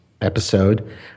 episode